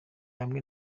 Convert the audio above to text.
hamwe